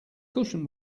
cushion